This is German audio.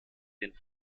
den